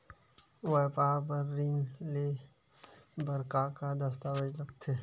व्यापार बर ऋण ले बर का का दस्तावेज लगथे?